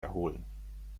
erholen